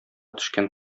төшкән